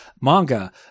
manga